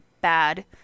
bad